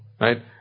right